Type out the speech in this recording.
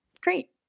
great